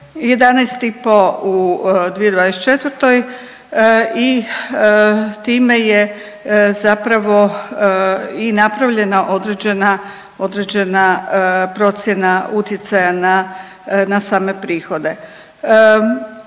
i pol u 2024. i time je zapravo i napravljena određena procjena utjecaja na same prihode.